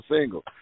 single